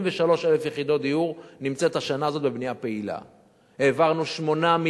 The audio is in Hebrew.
83,000 יחידות דיור נמצאות בשנה הזאת בבנייה פעילה.